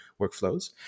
workflows